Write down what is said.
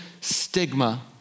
stigma